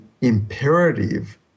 imperative